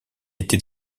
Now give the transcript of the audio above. était